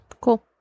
Cool